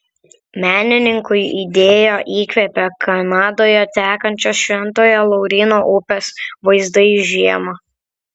menininkui idėją įkvėpė kanadoje tekančios šventojo lauryno upės vaizdai žiemą